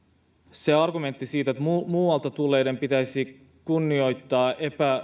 siitä argumentista että muualta tulleiden pitäisi kunnioittaa